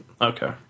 Okay